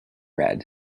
red